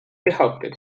behauptet